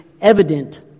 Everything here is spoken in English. evident